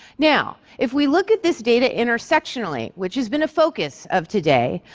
now, if we look at this data intersectionally, which has been a focus of today,